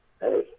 hey